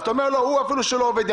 אז אתה אומר לו הוא אפילו שלא עובד,